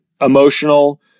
emotional